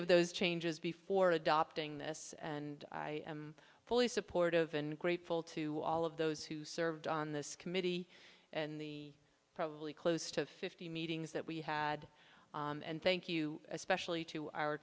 of those changes before adopting this and i am fully supportive and grateful to all of those who served on this committee and the probably close to fifty meetings that we had and thank you especially to our